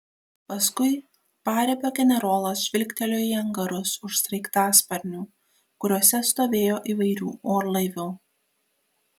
paskui paribio generolas žvilgtelėjo į angarus už sraigtasparnių kuriuose stovėjo įvairių orlaivių